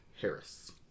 Harris